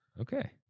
Okay